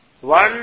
one